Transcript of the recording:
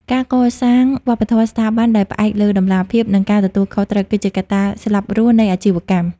ការកសាងវប្បធម៌ស្ថាប័នដែលផ្អែកលើ "តម្លាភាព និងការទទួលខុសត្រូវ" គឺជាកត្តាស្លាប់រស់នៃអាជីវកម្ម។